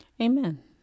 Amen